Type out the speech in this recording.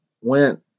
went